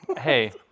Hey